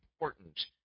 important